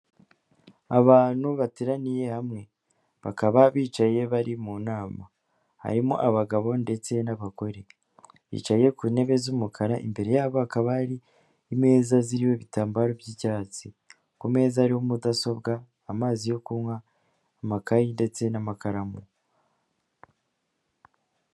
Abantu bateraniye hamwe bakaba bicaye bari mu nama, harimo abagabo ndetse n'abagore bicaye ku ntebe z'umukara imbere yabo akaba ari imeza zirimo ibitambaro by'icyatsi, ku meza ariho mudasobwa, amazi yo kunywa, amakayi ndetse n'amakaramu.